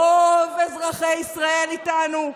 רוב אזרחי ישראל איתנו.